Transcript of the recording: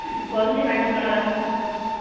कौन सी मैडम पढ़ाती हैं इसको